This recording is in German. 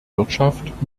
wirtschaft